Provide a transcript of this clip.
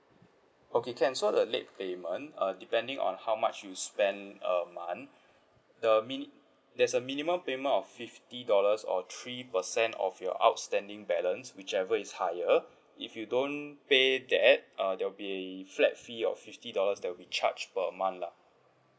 okay can so the late payment uh depending on how much you spend a month the mi~ there's a minimum payment of fifty dollars or three percent of your outstanding balance whichever is higher if you don't pay that err there'll be a flat fee of fifty dollars that will be charged per month lah